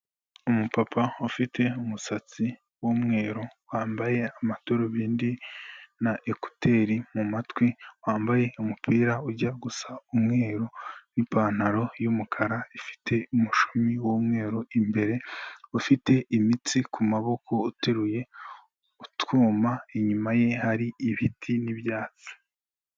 Umu papa ufite umusatsi w’umweru wambaye amadurubindi na ekuteri mu matwi, wambaye umupira ujya gusa umweru n’ipantaro y’umukara ifite umushumi w’umweru imbere, ufite imitsi ku maboko, uteruye utwuma, inyuma ye hari ibiti n'ibyatsi.